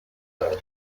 through